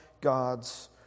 God's